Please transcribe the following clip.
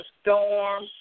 storm